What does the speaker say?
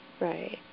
Right